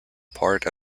part